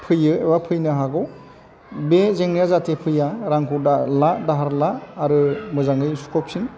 फैयो एबा फैनो हागौ बे जेंनाया जाहाथे फैया रांखौ दाला दाहार ला आरो मोजाङै सुख'फिन